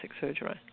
surgery